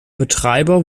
betreiber